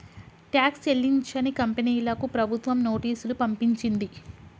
tax చెల్లించని కంపెనీలకు ప్రభుత్వం నోటీసులు పంపించింది